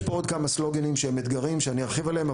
יש כאן עוד כמה סלוגנים שהם אתגרים שאני ארחיב עליהם,